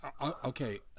okay